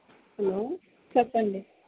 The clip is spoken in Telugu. హలో చెప్పండి